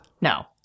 No